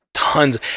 Tons